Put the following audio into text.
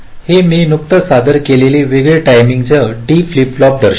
हे मी नुकतीच सादर केलेली वेगळी टाईम डी फ्लिप फ्लॉप दर्शवते